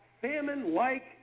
famine-like